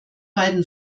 beiden